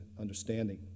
understanding